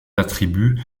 attributs